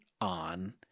on